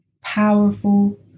powerful